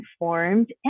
informed